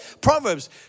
Proverbs